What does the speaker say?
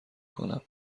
کنم